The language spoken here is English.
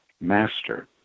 master